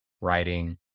writing